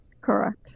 Correct